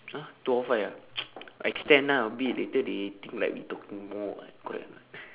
!huh! two O five ah extend ah a bit later they think like we talking more [what] correct or not